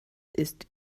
ist